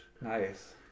Nice